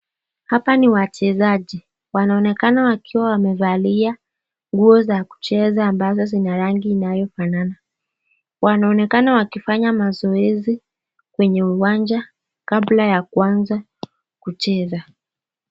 Hapa ni wachezaji wanaonekana wakiwa wamevalia nguo za kucheza ambazo zina rangi inayofanana. Wanaonekana wakifanya mazoezi kwenye uwanja kabla ya kuanza kucheza.